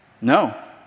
no